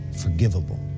forgivable